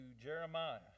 Jeremiah